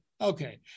Okay